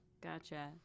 Gotcha